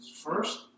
first